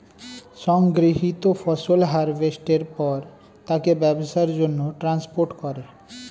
সংগৃহীত ফসল হারভেস্টের পর তাকে ব্যবসার জন্যে ট্রান্সপোর্ট করে